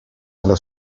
nello